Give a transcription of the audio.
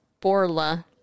Borla